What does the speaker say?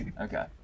okay